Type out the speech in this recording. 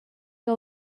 que